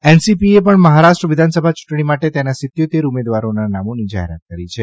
એનસીપીએ પણ મહારાષ્ટ્ર વિધાનસભા યૂંટણી માટે તેના સિત્યોતેર ઉમેદવારોના નામોની જાહેરાત કરી છે